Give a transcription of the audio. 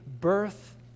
birth